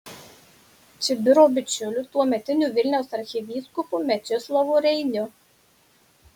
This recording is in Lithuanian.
čibiro bičiuliu tuometiniu vilniaus arkivyskupu mečislovu reiniu